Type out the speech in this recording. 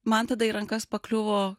man tada į rankas pakliuvo